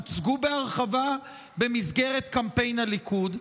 הוצגו בהרחבה במסגרת קמפיין הליכוד.